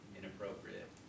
inappropriate